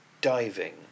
diving